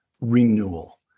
renewal